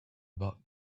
about